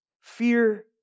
Fear